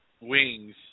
wings